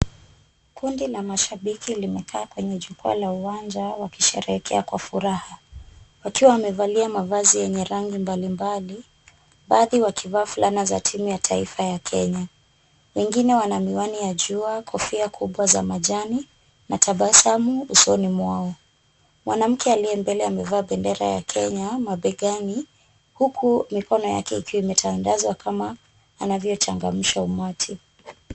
Kundi la mashabiki limekaa kwenye jukwaa la uwanja wakisherehekea kwa furaha wakiwa wamevalia mavazi yenye rangi mbalimbali. Baadhi wakivaa fulana za timu ya taifa ya Kenya. Wengine wana miwani ya jua, kofia kubwa za majani na tabasamu usoni mwao. Mwanamke aliye mbele amevaa bendera ya kenya mabegani huku mikono yake ikiwa imetandazwa kama anavyochangamsha umati.